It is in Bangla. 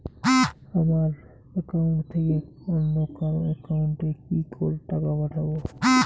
আমার একাউন্ট থেকে অন্য কারো একাউন্ট এ কি করে টাকা পাঠাবো?